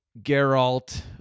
Geralt